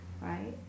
right